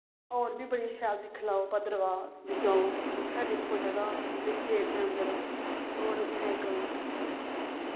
होर बी बड़ियां शैल दिक्खी लैओ भद्रवाह् जाओ उत्थैं दिक्खो जगह् इस स्टेट दे अन्दर होर उत्थें इक